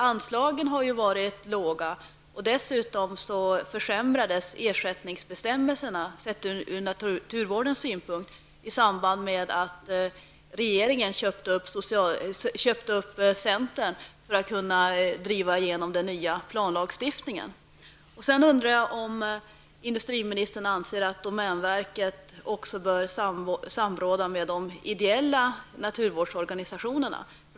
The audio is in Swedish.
Anslagen har varit låga, och dessutom försämrades ersättningsbestämmelserna sett ur naturvårdens synpunkt i samband med att regeringen ''köpte'' centern för att kunna driva igenom den nya planlagstiftningen. Anser industriministern att domänverket också bör samråda med de ideella naturvårdsorganisationerna?